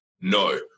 no